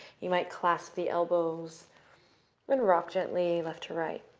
you might clasp the elbows and rock gently, left to right.